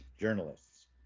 Journalists